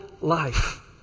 life